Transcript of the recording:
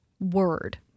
Word